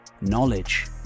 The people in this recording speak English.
knowledge